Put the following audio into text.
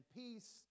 peace